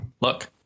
Look